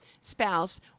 spouse